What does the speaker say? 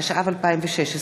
התשע"ו 2016,